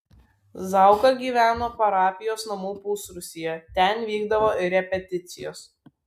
zauka gyveno parapijos namų pusrūsyje ten vykdavo ir repeticijos